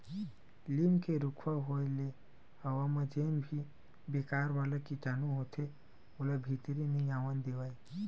लीम के रूखवा होय ले हवा म जेन भी बेकार वाला कीटानु होथे ओला भीतरी नइ आवन देवय